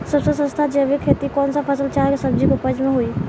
सबसे सस्ता जैविक खेती कौन सा फसल चाहे सब्जी के उपज मे होई?